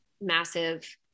massive